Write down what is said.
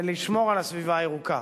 וזה לשמור על הסביבה הירוקה.